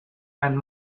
and